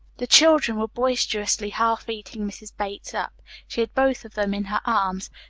the children were boisterously half eating mrs. bates up she had both of them in her arms,